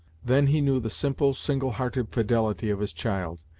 then he knew the simple, single-hearted fidelity of his child,